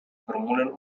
formulen